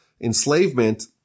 enslavement